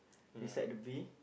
beside the bee